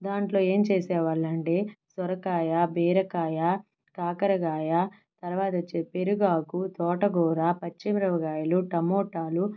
దాంట్లో ఏం చేసే వాళ్ళంటే సొరకాయ బీరకాయ కాకరకాయ తర్వాత వచ్చి పెరుగాకు తోటకూర పచ్చిమిరపకాయలు టమోటాలు